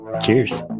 Cheers